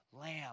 Lamb